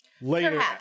later